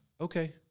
okay